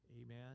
Amen